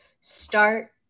start